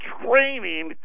training